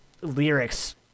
lyrics